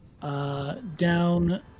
Down